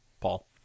Paul